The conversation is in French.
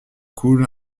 coule